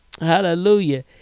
hallelujah